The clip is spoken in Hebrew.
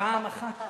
פעם אחת